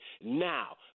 now